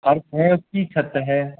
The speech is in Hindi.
फर्श है उसकी छत है